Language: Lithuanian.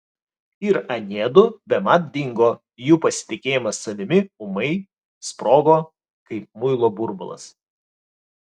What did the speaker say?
ir aniedu bemat dingo jų pasitikėjimas savimi ūmai sprogo kaip muilo burbulas